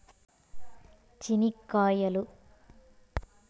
చెనిక్కాయలు